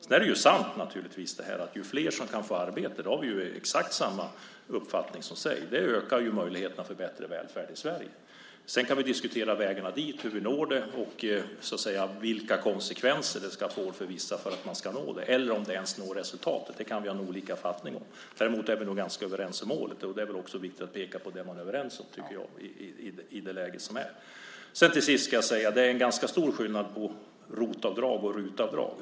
Det är sant att ju fler som kan få arbete - där har vi exakt samma uppfattning - desto mer ökar möjligheterna för bättre välfärd i Sverige. Sedan kan vi diskutera vägarna dit, hur vi når fram och konsekvenserna - eller om vi ens når resultat. Vi kan ha olika uppfattning om det. Däremot är vi nog överens om målet. Det är viktigt att också peka på det man är överens om. Det är en stor skillnad på ROT-avdrag och RUT-avdrag.